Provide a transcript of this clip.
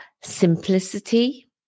simplicity